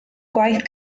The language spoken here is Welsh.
gwaith